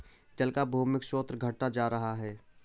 जल का भूमिगत स्रोत घटता जा रहा है